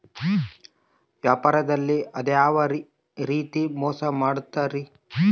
ವ್ಯಾಪಾರದಲ್ಲಿ ಯಾವ್ಯಾವ ರೇತಿ ಮೋಸ ಮಾಡ್ತಾರ್ರಿ?